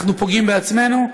אנחנו פוגעים בעצמנו,